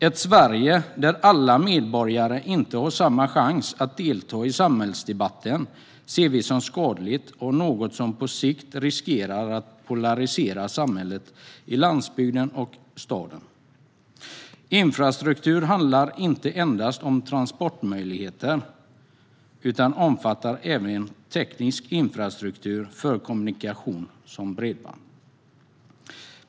Ett Sverige där alla medborgare inte har samma chans att delta i samhällsdebatten ser vi som skadligt och något som på sikt riskerar att polarisera samhället till landsbygden och staden. Infrastruktur handlar inte endast om transportmöjligheter utan omfattar även teknisk infrastruktur för kommunikation såsom bredband.